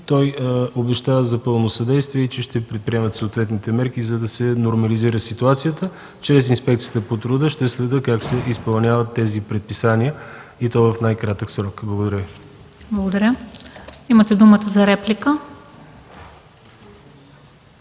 Той обеща за пълно съдействие и че ще предприемат съответните мерки, за да се нормализира ситуацията. Чрез Инспекцията по труда ще следя как се изпълняват тези предписания, и то в най-кратък срок. Благодаря Ви. ПРЕДСЕДАТЕЛ МЕНДА СТОЯНОВА: Благодаря. Имате думата за реплика,